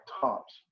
tops